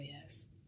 yes